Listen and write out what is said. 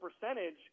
percentage